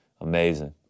Amazing